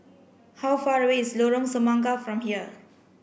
how far away is Lorong Semangka from here